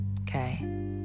okay